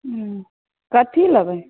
उँ कथी लेबै